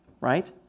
right